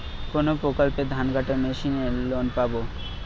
কোন প্রকল্পে ধানকাটা মেশিনের লোন পাব?